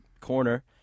corner